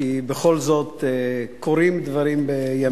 כי בכל זאת קורים דברים בימים אלה.